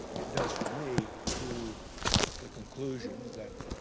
it does for me to the conclusion that